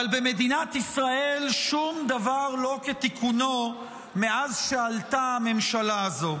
אבל במדינת ישראל שום דבר לא כתיקונו מאז שעלתה הממשלה הזו,